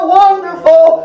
wonderful